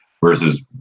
versus